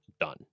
done